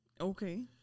Okay